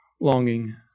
longing